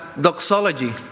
doxology